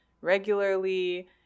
regularly